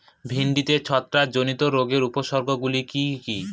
ভিন্ডিতে ছত্রাক জনিত রোগের উপসর্গ গুলি কি কী?